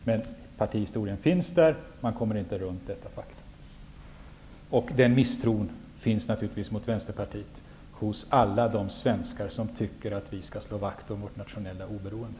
Men partihistorien finns där. Detta faktum kommer man inte runt. Misstron mot Vänsterpartiet finns naturligtvis hos alla de svenskar som tycker att vi skall slå vakt om vårt nationella oberoende.